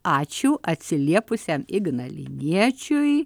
ačiū atsiliepusiam ignaliniečiui